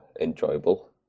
enjoyable